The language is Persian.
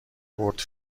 بٌرد